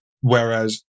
Whereas